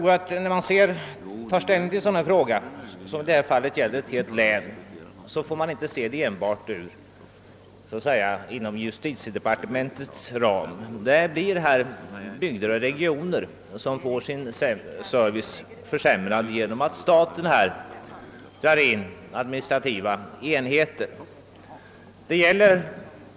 När man tar ställning till en sådan här fråga som gäller ett helt län, får man inte se saken enbart ur justitiedepartementets synpunkter. Det blir många bygder och regioner som får försämrad service genom att staten på detta sätt drar in administrativa enheter.